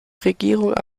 regierung